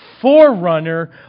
forerunner